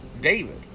david